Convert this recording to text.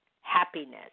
happiness